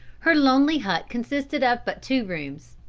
her lonely hut consisted of but two rooms.